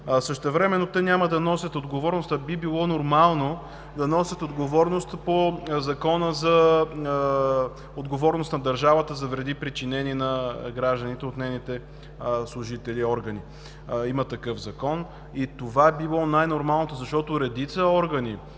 Същевременно, те няма да носят отговорност, а би било нормално да носят отговорност по Закона за отговорност на държавата за вреди, причинени на гражданите от нейните служители и органи. Има такъв Закон и това е било най-нормалното, защото редица органи,